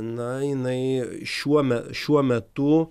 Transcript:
na jinai šiuo me šiuo metu